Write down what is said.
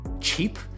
cheap